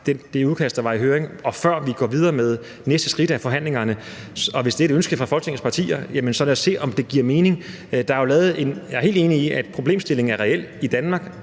det udkast, der var i høring, og før vi går videre med næste skridt af forhandlingerne. Hvis det er et ønske fra Folketingets partier, så lad os se, om det giver mening. Jeg er helt enig i, at problemstillingen er reel i Danmark,